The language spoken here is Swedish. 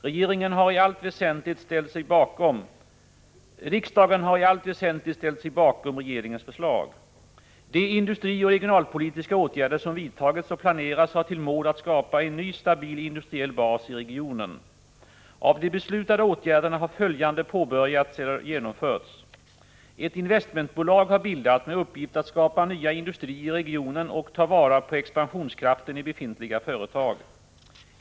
Riksdagen har i allt väsentligt ställt sig bakom regeringens förslag. De industrioch regionalpolitiska åtgärder som vidtagits och planeras har till mål att skapa en ny stabil industriell bas i regionen. Av de beslutade åtgärderna har följande påbörjats eller genomförts: Ett investmentbolag har bildats med uppgift att skapa nya industrier i regionen och ta vara på expansionskraften i befintliga företag.